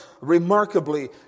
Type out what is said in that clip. remarkably